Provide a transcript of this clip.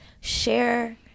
share